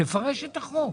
לפרש את החוק.